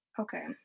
Okay